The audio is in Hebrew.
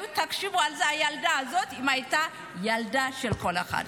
תחשבו אם הילדה הזו הייתה ילדה של כל אחד,